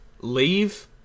leave